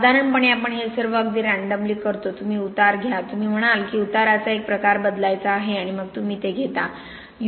साधारणपणे आपण हे सर्व अगदी रँडमली करतो तुम्ही उतार घ्या तुम्ही म्हणाल की उताराचा एक प्रकार बदलायचा आहे आणि मग तुम्ही ते घेता